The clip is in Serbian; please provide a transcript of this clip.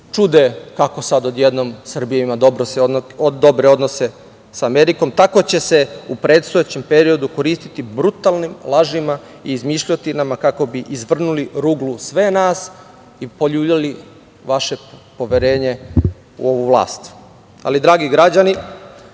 čude kako sad odjednom Srbija ima dobre odnose sa Amerikom, tako će se u predstojećem periodu koristiti brutalnim lažima i izmišljotinama, kako bi izvrnuli ruglu sve nas i poljuljali vaše poverenje u ovu vlast. Ali, dragi građani,